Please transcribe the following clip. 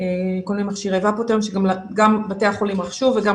כל מיני מכשירי --- שגם בתי החולים רכשו וגם